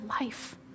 life